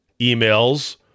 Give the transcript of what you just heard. emails